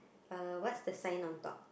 uh what's the sign on top